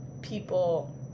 people